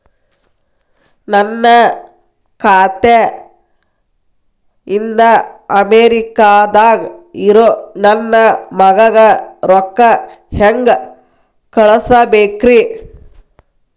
ನನ್ನ ಖಾತೆ ಇಂದ ಅಮೇರಿಕಾದಾಗ್ ಇರೋ ನನ್ನ ಮಗಗ ರೊಕ್ಕ ಹೆಂಗ್ ಕಳಸಬೇಕ್ರಿ?